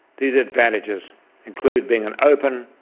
these advantages include being an open,